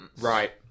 Right